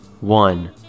one